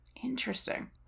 Interesting